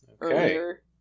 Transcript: earlier